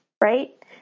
Right